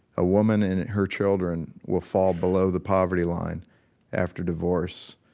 a woman and her children will fall below the poverty line after divorce.